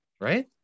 right